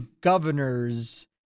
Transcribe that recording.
governors